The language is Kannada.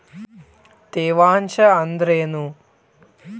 ತೇವಾಂಶ ಅಂದ್ರೇನು?